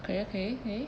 okay okay okay